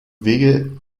wege